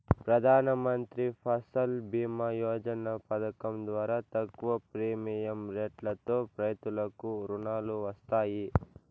ప్రధానమంత్రి ఫసల్ భీమ యోజన పథకం ద్వారా తక్కువ ప్రీమియం రెట్లతో రైతులకు రుణాలు వస్తాయి